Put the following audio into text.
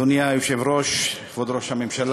אדוני היושב-ראש, כבוד ראש הממשלה,